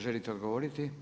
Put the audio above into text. Želite odgovoriti?